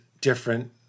different